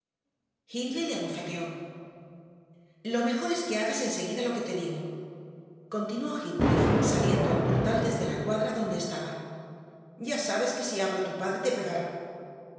le abofeteó lo mejor es que hagas enseguida lo que te digo continuó heathcliff saliendo al portal desde la cuadra donde estaban ya sabes que si hablo a tu padre te pegará